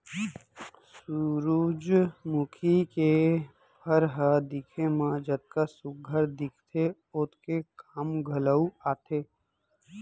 सुरूजमुखी के फर ह दिखे म जतका सुग्घर दिखथे ओतके काम घलौ आथे